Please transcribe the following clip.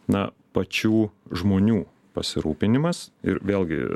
na pačių žmonių pasirūpinimas ir vėlgi